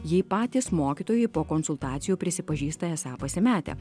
jei patys mokytojai po konsultacijų prisipažįsta esą pasimetę